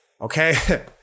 okay